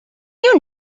you